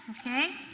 okay